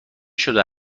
شده